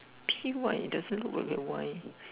P Y it doesn't look like a Y eh